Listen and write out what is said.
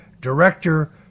director